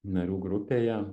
narių grupėje